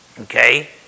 Okay